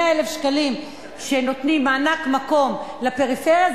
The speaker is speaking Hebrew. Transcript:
100,000 שקלים שנותנים מענק מקום לפריפריה,